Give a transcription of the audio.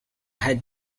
had